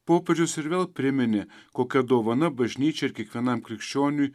popiežius ir vėl priminė kokia dovana bažnyčiai ir kiekvienam krikščioniui